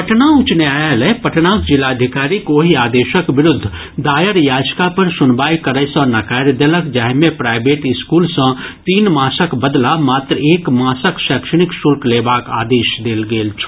पटना उच्च न्यायालय पटनाक जिलाधिकारीक ओहि आदेशक विरूद्ध दायर याचिका पर सुनवाई करय सँ नकारि देलक जाहि मे प्राइवेट स्कूल सँ तीन मासक बदला मात्र एक मासक शैक्षणिक शुल्क लेबाक आदेश देल गेल छल